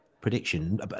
prediction